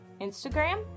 Instagram